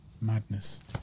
Madness